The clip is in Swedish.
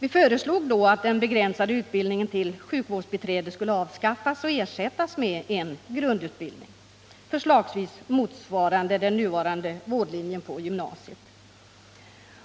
Vi föreslog då att den begränsade utbildningen till sjukvårdsbiträde skulle avskaffas och ersättas med en grundutbildning, förslagsvis motsvarande den nuvarande vårdlinjen på gymnasiet,